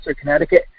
Connecticut